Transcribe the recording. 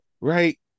Right